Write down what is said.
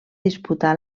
disputà